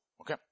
Okay